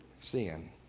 sin